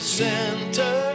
center